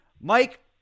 Mike